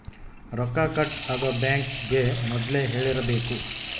ರೊಕ್ಕ ಕಟ್ ಆಗೋ ಬ್ಯಾಂಕ್ ಗೇ ಮೊದ್ಲೇ ಹೇಳಿರಬೇಕು